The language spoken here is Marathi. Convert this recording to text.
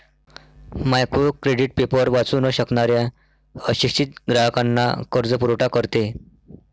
मायक्रो क्रेडिट पेपर वाचू न शकणाऱ्या अशिक्षित ग्राहकांना कर्जपुरवठा करते